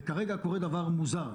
וכרגע קורה דבר מוזר.